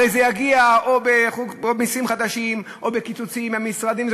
הרי זה יגיע או במסים חדשים או בקיצוצים במשרדים.